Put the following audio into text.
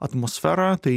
atmosferą tai